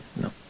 No